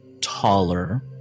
taller